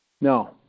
no